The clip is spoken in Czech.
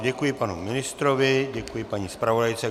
Děkuji panu ministrovi, děkuji paní zpravodajce.